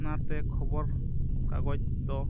ᱚᱱᱟᱛᱮ ᱠᱷᱚᱵᱚᱨ ᱠᱟᱜᱚᱡᱽ ᱫᱚ